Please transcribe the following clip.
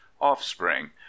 offspring